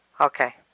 Okay